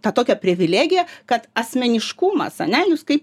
tą tokią privilegiją kad asmeniškumas ane jūs kai